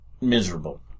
miserable